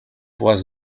was